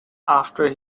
after